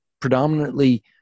predominantly